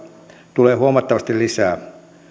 tulee huomattavasti lisää